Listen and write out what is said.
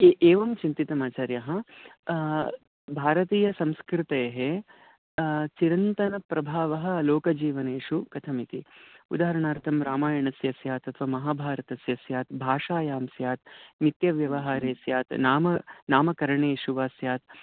ए एवं चिन्तितमाचार्याः भारतीयसंस्कृतेः चिरन्तनप्रभावः लोकजीवनेषु कथमिति उदाहरणार्थं रामायणस्य स्यात् अथवा महाभारतस्य स्यात् भाषायां स्यात् नित्यव्यवहारे स्यात् नाम नामकरणेषु वा स्यात्